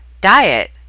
diet